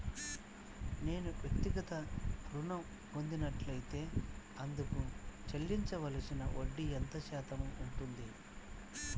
నేను వ్యక్తిగత ఋణం పొందినట్లైతే అందుకు చెల్లించవలసిన వడ్డీ ఎంత శాతం ఉంటుంది?